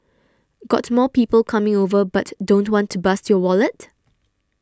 got more people coming over but don't want to bust your wallet